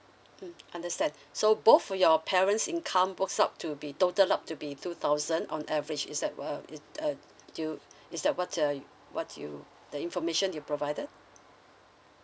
mm understand so both for your parents' income worth up to be total up to be two thousand on average is that uh uh do is that what uh what you the information you provided